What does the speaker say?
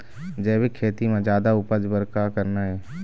जैविक खेती म जादा उपज बर का करना ये?